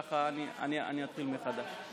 ככה, אני אתחיל מחדש.